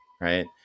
right